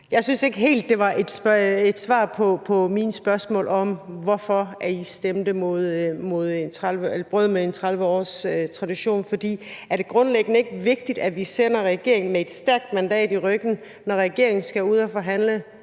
Jeg synes ikke helt, det var et svar på mit spørgsmål om, hvorfor Venstre brød med en 30 års tradition. For er det grundlæggende ikke vigtigt, at vi giver regeringen et stærkt mandat i ryggen, når regeringen skal ud at forhandle